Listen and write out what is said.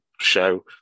show